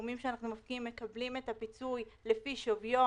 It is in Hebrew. שהגורמים שאנחנו מפקיעים מהם מקבלים פיצוי לפי שוויו.